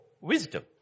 wisdom